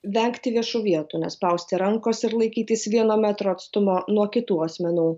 vengti viešų vietų nespausti rankos ir laikytis vieno metro atstumo nuo kitų asmenų